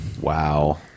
Wow